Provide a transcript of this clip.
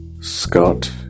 Scott